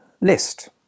list